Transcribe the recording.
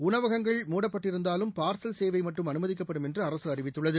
உணவகங்கள் மூடப்பட்டிருந்தாலும் பார்சல் சேவை மட்டும் அனுமதிக்கப்படும் என்று அரசு அறிவித்துள்ளது